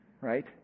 right